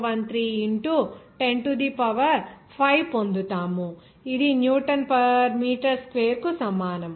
013 into 10 to the power 5 పొందుతాము ఇది newton per metre square కు సమానం